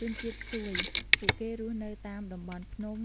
ជនជាតិសួយ ពួកគេរស់នៅតាមតំបន់ភ្នំ